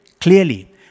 clearly